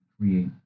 create